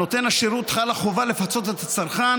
על נותן השירות חלה חובה לפצות את הצרכן